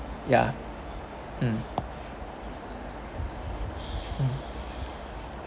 ya mm mm